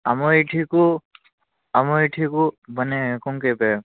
ଆମ ଏଇଠିକୁ ଆମ ଏଇଠିକୁ ମାନେ କ'ଣ କହିବା